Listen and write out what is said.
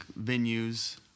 venues